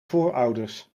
voorouders